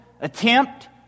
Attempt